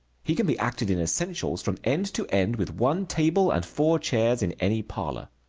he can be acted in essentials from end to end with one table and four chairs in any parlor.